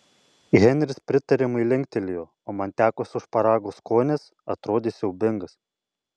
henris pritariamai linktelėjo o man tekusio šparago skonis atrodė siaubingas